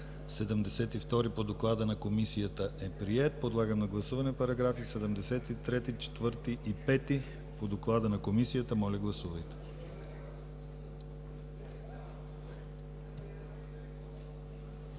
72 по доклада на Комисията е приет. Подлагам на гласуване параграфи 73, 74 и 75 по доклада на Комисията. Моля, гласувайте.